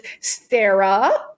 Sarah